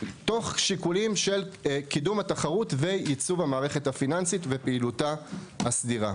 תוך שיקולים של קידום התחרות וייצוב המערכת הפיננסית ופעילותה הסדירה.